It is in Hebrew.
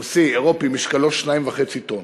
רוסי, אירופי, משקלו 2.5 טון.